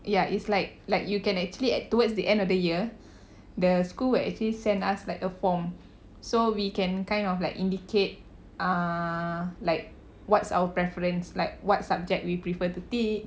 ya it's like like you can actually at towards the end of the year the school will actually send us like a form so we can kind of like indicate uh like what's our preference like what subject we prefer to teach